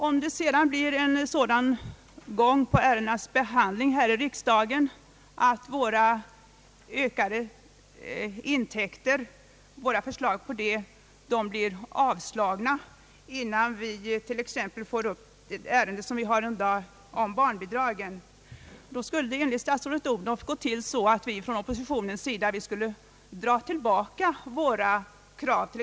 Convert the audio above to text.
Om sedan ärendenas gång här i riksdagen blir sådan att våra förslag till ökade intäkter blir avslagna innan vi får upp ett ärende till behandling — t.ex. barnbidragen som i dag — skulle det enligt statsrådet Odhnoff gå till så att vi på oppositionens sida skulle ta tillbaka våra krav.